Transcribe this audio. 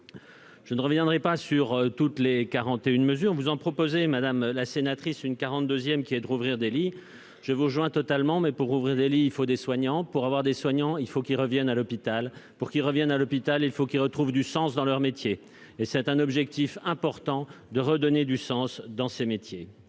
Je ne reviendrai pas sur les 41 mesures. Vous en proposez, madame la sénatrice, une 42, qui est de rouvrir des lits. Je vous rejoins totalement, mais, pour ouvrir des lits, il faut des soignants ; pour avoir des soignants, il faut qu'ils reviennent à l'hôpital ; pour qu'ils reviennent à l'hôpital, il faut qu'ils retrouvent du sens à leur métier. C'est là un objectif important. J'ai signé dimanche